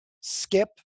skip